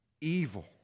evil